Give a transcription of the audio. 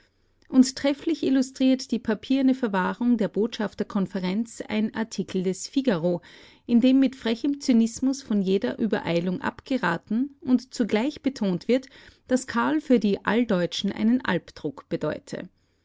und trefflich illustriert die papierne verwahrung der botschafterkonferenz ein artikel des figaro in dem mit frechem zynismus von jeder übereilung abgeraten und zugleich betont wird daß karl für die alldeutschen einen albdruck bedeute